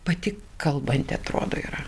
pati kalbanti atrodo yra